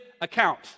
account